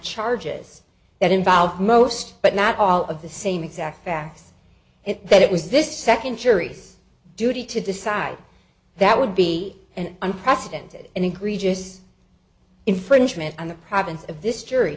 charges that involve most but not all of the same exact facts and that it was this second juries duty to decide that would be an unprecedented increases infringement on the province of this jury